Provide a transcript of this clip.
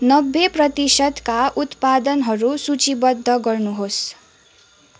नब्बे प्रतिशतका उत्पादनहरू सूचीबद्ध गर्नुहोस्